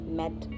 met